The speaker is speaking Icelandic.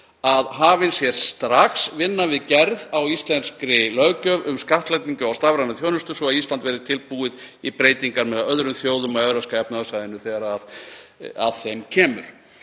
að hafin sé strax vinna við gerð á íslenskri löggjöf um skattlagningu á stafræna þjónustu svo að Ísland verði tilbúið í breytingar með öðrum þjóðum á Evrópska efnahagssvæðinu þegar að þeim kemur?“